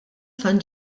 san